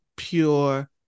pure